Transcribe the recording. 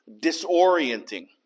disorienting